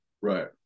Right